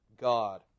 god